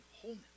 wholeness